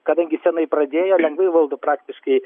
kadangi senai pradėjo lengvai valdo praktiškai